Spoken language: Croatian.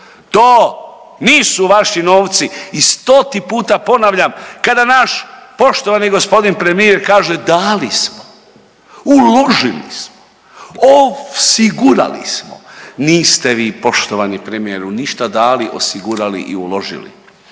To nisu vaši novci i stoti puta ponavljam kada naš poštovani gospodin premijer kaže dali smo, uložili smo, osigurali smo. Niste vi poštovani premijeru ništa dali, osigurali i uložili,